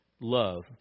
love